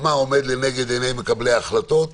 מה עומד לנגד עיני מקבלי ההחלטות,